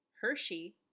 Hershey